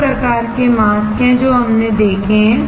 दो प्रकार के मास्क है जो हमने देखा है